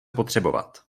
potřebovat